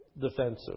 defensive